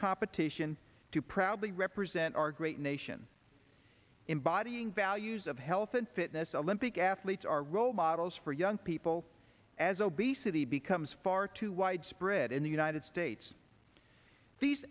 competition to proudly represent our great nation embodying values of health and fitness olympic athletes are role models for young people as obesity becomes far too widespread in the united states these